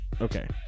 Okay